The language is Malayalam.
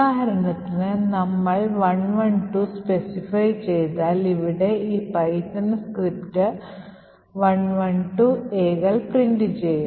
ഉദാഹരണത്തിന് നമ്മൾ 112 സ്പെസിഫൈ ചെയ്താൽ ഇവിടെ ഈ പൈത്തൺ സ്ക്രിപ്റ്റ് 112എ കൾ പ്രിന്റുചെയ്യും